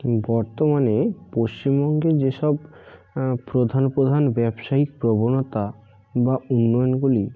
বর্তমানে পশ্চিমবঙ্গে যেসব প্রধান প্রধান ব্যবসায়িক প্রবণতা বা উন্নয়নগুলি